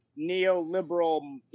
neoliberal